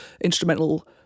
instrumental